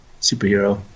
superhero